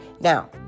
Now